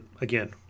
again